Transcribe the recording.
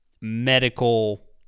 medical